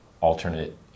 alternate